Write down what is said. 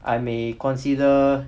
I may consider